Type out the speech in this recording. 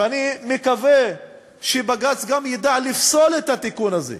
ואני מקווה שבג"ץ גם ידע לפסול את התיקון הזה.